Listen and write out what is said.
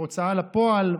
מהוצאה לפועל,